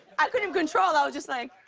i couldn't control. i was just like.